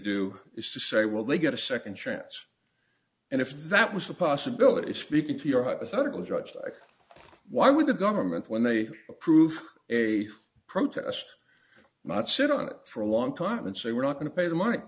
do is to say well they get a second chance and if that was a possibility speaking to your hypothetical judge i think why would the government when they approve a protest might sit on it for a long time and say we're not going to pay the money